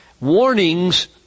Warnings